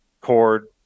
cord